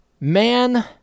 man